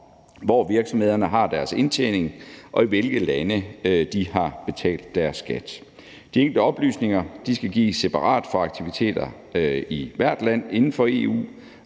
hvor virksomhederne har deres indtjening, og i hvilke lande de har betalt deres skat. De enkelte oplysninger skal gives separat for aktiviteter i hvert land inden for EU